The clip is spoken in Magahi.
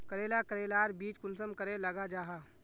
करेला करेलार बीज कुंसम करे लगा जाहा?